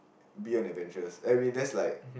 be on adventures I mean that's like